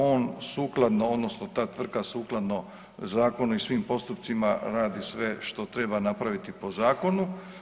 On sukladno odnosno ta tvrtka sukladno zakonu i svim postupcima radi sve što treba napraviti po zakonu.